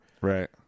Right